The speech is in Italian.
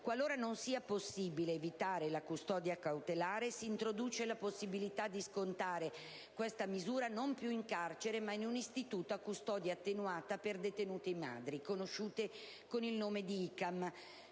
Qualora non sia possibile evitare la custodia cautelare, si introduce la possibilità di scontare questa misura non più in carcere, ma in un Istituto a custodia attenuata per detenute madri, conosciuto con il nome di ICAM.